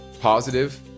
positive